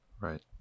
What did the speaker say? Right